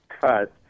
cut